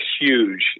huge